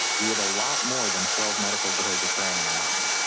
we have a lot more than twelve medical grows occurring in the mountains.